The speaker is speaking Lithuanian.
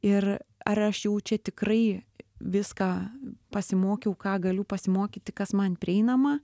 ir ar aš jau čia tikrai viską pasimokiau ką galiu pasimokyti kas man prieinama